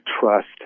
trust